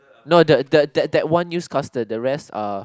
not that that that that one newscaster the rest are